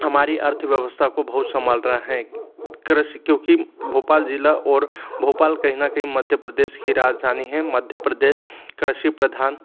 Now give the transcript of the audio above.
हमारी अर्थव्यवस्था को बहुत संभाल रा है कृषि क्योंकि भोपाल जिला और भोपाल कहीं ना कहीं मध्य प्रदेश की राजधानी है मध्य प्रदेश कृषि प्रधान